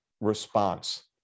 response